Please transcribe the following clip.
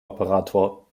operator